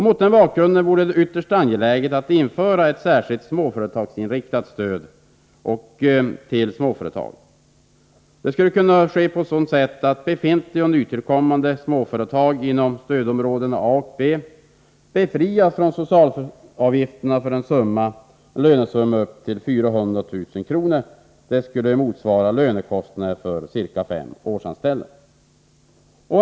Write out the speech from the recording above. Mot den bakgrunden vore det ytterst angeläget att införa ett särskilt småföretagsinriktat stöd. Befintliga och nytillkommande småföretag inom stödområdena A och B bör således befrias från socialavgifterna för en lönesumma upp till 400 000 kr., vilket motsvarar lönekostnaderna för ca fem årsanställda.